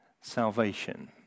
salvation